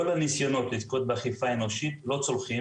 כל הניסיונות לזכות באכיפה אנושית לא צולחים